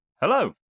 Hello